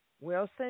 Wilson